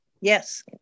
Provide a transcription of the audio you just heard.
Yes